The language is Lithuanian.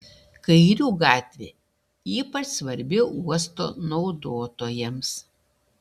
kairių gatvė ypač svarbi uosto naudotojams